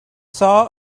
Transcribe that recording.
saw